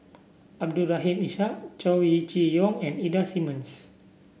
Abdul Rahim Ishak Chow Chee Yong and Ida Simmons